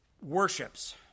worships